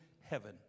heaven